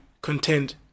contend